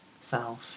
self